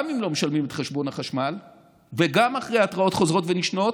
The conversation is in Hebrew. גם אם לא משלמים את חשבון החשמל וגם אחרי התראות חוזרות ונשנות,